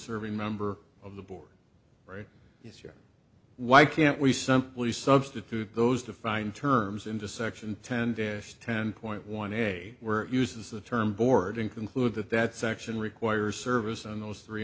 serving member of the board right is your why can't we simply substitute those defined terms into section ten dash ten point one eight where uses the term board and conclude that that section requires service on those three